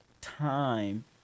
time